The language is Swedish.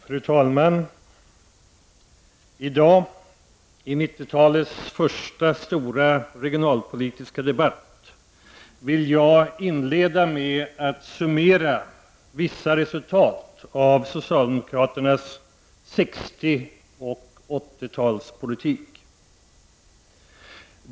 Fru talman! I dag — i 90-talets första stora regionalpolitiska debatt — vill jaginleda med att summera vissa resultat av socialdemokraternas 60 och 80 talspolitik.